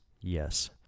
Yes